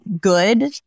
good